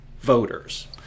voters